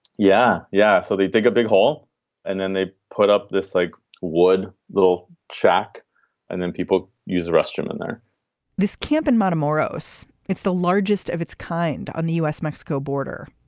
yeah, yeah. so they dig a big hole and then they put up this like wood little shack and then people use the restroom and there this camp and metamorphose. it's the largest of its kind on the u s mexico border.